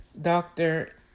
doctor